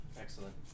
Excellent